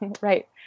right